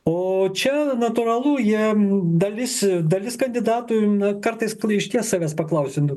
o čia natūralu jam dalis dalis kandidatų na kartais laiške savęs paklausiu